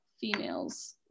females